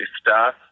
staff